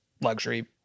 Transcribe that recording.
luxury